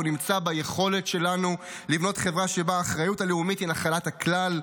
הוא נמצא ביכולת שלנו לבנות חברה שבה האחריות הלאומית היא נחלת הכלל.